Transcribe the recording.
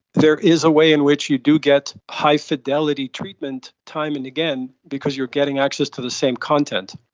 there is a way in which you do get high fidelity treatment time and again because you're getting access to the same content.